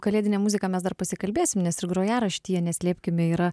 kalėdinę muziką mes dar pasikalbėsim nes ir grojaraštyje neslėpkime yra